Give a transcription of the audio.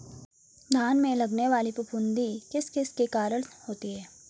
धान में लगने वाली फफूंदी किस किस के कारण होती है?